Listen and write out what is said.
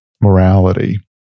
morality